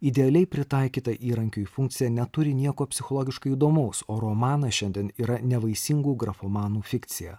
idealiai pritaikyta įrankiui funkcija neturi nieko psichologiškai įdomaus o romanas šiandien yra nevaisingų grafomanų fikcija